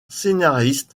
scénariste